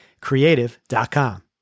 creative.com